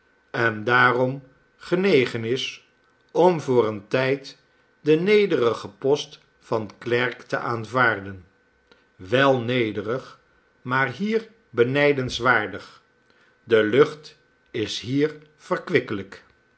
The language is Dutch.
en daarom genegen is om voor een tijd den nederigen post van klerk te aanvaarden wel nederig maar hier benijdenswaardig de lucht is hier